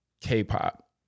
K-pop